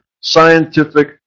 scientific